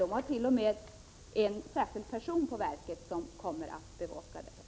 Det finns t.o.m. en särskild person avdelad på verket som har att bevaka den.